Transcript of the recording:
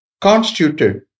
constituted